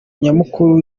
nyamukuru